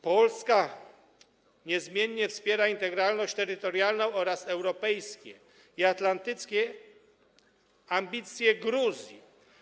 Polska niezmiennie wspiera integralność terytorialną oraz europejskie i atlantyckie ambicje Gruzji.